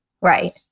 Right